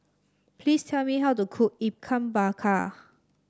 please tell me how to cook Ikan Bakar